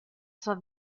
sua